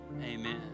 Amen